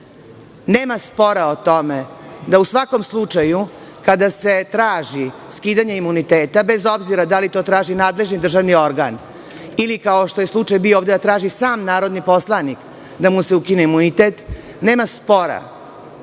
spora o tome da se u svakom slučaju, kada se traži skidanje imuniteta, bez obzira da li to traži nadležni državni organ ili, kao što je slučaj bio ovde, traži sam narodni poslanik da mu se ukine imunitet, kroz raspravu